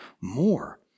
more